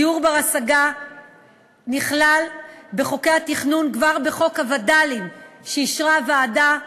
דיור בר-השגה נכלל בחוקי התכנון כבר בחוק הווד"לים שאישרה הוועדה,